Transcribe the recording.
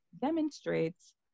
demonstrates